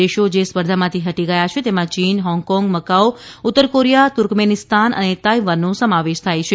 દેશો જે સ્પર્ધામાંથી હટી ગયા છે તેમાં ચીન હોંગકોંગ મકાઉ ઉત્તરકોરિયા તુર્કમેનિસ્તાન અને તાઇવાનનો સમાવેશ થાય છે